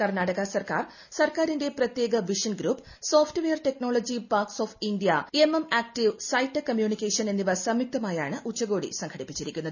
കർണാടക സർക്കാർ സർക്കാറിന്റെ പ്രത്യേക vision group software technology parks of India MM active sci tech communication എന്നിവ സംയുക്തമായാണ് ഉച്ചകോടി സംഘടിപ്പിച്ചിരിക്കുന്നത്